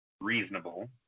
reasonable